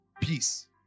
Peace